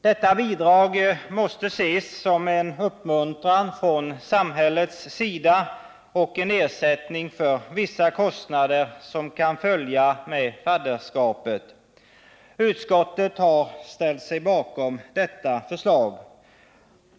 Detta bidrag måste ses som en uppmuntran från samhällets sida och en ersättning för vissa kostnader som kan följa med fadderskapet. Utskottet har ställt sig bakom detta förslag.